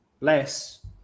less